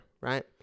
right